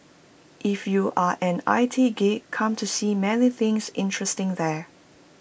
if you are an I T geek come to see many things interesting there